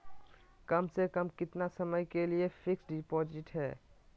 कम से कम कितना समय के लिए फिक्स डिपोजिट है?